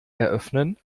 eröffnen